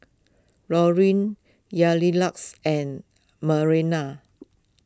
Laureen Yamilex and Marianna